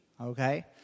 Okay